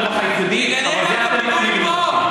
תגנה את הפיגועים פה,